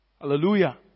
Hallelujah